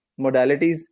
modalities